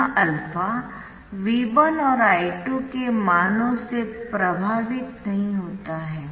यह α V1 और I2 के मानों से प्रभावित नहीं होता है